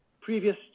Previous